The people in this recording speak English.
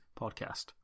podcast